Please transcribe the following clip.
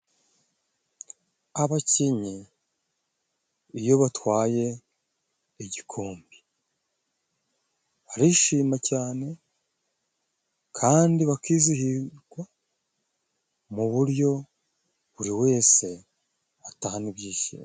Abakinnyi, iyo batwaye igikombe, barishima cyane, kandi bakizihirwa, mu buryo buri wese atahana ibyishimo.